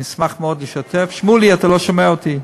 אני אשמח מאוד לשתף, שמולי, אתה לא שומע אותי.